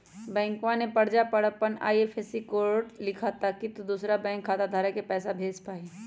बैंकवा के पर्चा पर अपन आई.एफ.एस.सी कोड लिखा ताकि तु दुसरा बैंक खाता धारक के पैसा भेज पा हीं